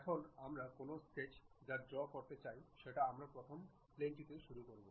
এখন আমরা কোনও স্কেচ যা ড্রও করতে চাই সেটি আমরা প্রথম প্লেনটিতে শুরু করব